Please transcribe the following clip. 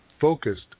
focused